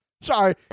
Sorry